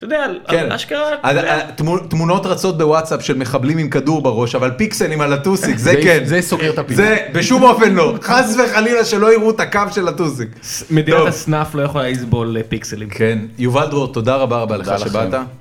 אתה יודע, אבל אשכרה... תמונות רצות בוואטסאפ של מחבלים עם כדור בראש אבל פיקסלים על הטוסיק זה כן זה סוגר את הפיקסלים זה בשום אופן לא חס וחלילה שלא יראו את הקו של הטוסיק. מדינת הסנאפ לא יכולה לסבול פיקסלים כן יובל דרור תודה רבה רבה לך שבאת.